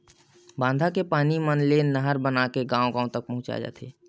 बांधा के पानी मन ले नहर बनाके गाँव गाँव तक पहुचाए जाथे